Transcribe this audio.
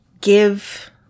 give